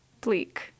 bleak